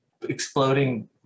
exploding